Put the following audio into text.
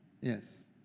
Yes